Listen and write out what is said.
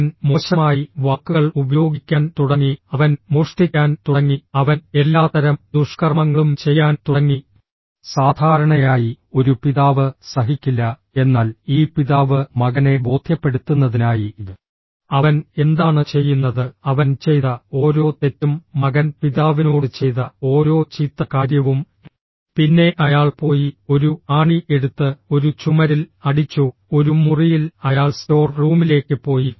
അവൻ മോശമായി വാക്കുകൾ ഉപയോഗിക്കാൻ തുടങ്ങി അവൻ മോഷ്ടിക്കാൻ തുടങ്ങി അവൻ എല്ലാത്തരം ദുഷ്കർമ്മങ്ങളും ചെയ്യാൻ തുടങ്ങി സാധാരണയായി ഒരു പിതാവ് സഹിക്കില്ല എന്നാൽ ഈ പിതാവ് മകനെ ബോധ്യപ്പെടുത്തുന്നതിനായി അവൻ എന്താണ് ചെയ്യുന്നത് അവൻ ചെയ്ത ഓരോ തെറ്റും മകൻ പിതാവിനോട് ചെയ്ത ഓരോ ചീത്ത കാര്യവും പിന്നെ അയാൾ പോയി ഒരു ആണി എടുത്ത് ഒരു ചുമരിൽ അടിച്ചു ഒരു മുറിയിൽ അയാൾ സ്റ്റോർ റൂമിലേക്ക് പോയി